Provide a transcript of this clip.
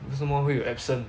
为什么会有 absent